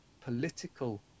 political